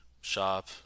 Shop